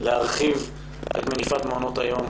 להרחיב את מפעל מעונות היום